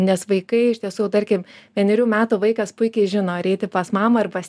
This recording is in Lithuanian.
nes vaikai iš tiesų tarkim vienerių metų vaikas puikiai žino ar eiti pas mamą ar pas